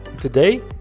Today